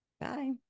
Bye